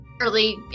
early